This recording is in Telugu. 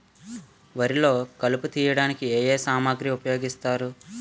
వరిలో కలుపు తియ్యడానికి ఏ ఏ సామాగ్రి ఉపయోగిస్తారు?